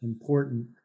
important